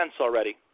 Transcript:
already